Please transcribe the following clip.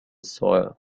soil